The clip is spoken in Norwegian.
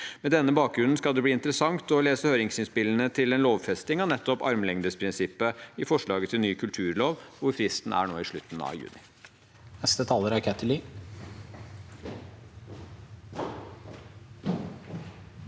Mot denne bakgrunnen skal det bli interessant å lese høringsinnspillene til en lovfesting av nettopp armlengdesprinsippet i forslaget til ny kulturlov, hvor fristen er nå i slutten av juni. Kathy Lie